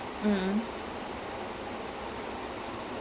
so maybe அப்டி பண்ணிட்டு:apdi pannittu than they mix the whole thing together